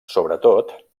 sobretot